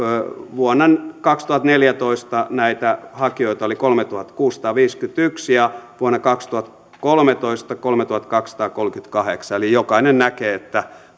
vuonna kaksituhattaneljätoista näitä hakijoita oli kolmetuhattakuusisataaviisikymmentäyksi ja vuonna kaksituhattakolmetoista oli kolmetuhattakaksisataakolmekymmentäkahdeksan eli jokainen näkee että